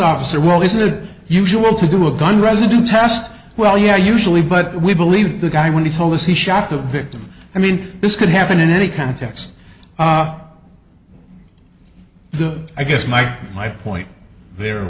officer world isn't it usual to do a gun residue test well yeah usually but we believe the guy when he told us he shot the victim i mean this could happen in any context though i guess my my point there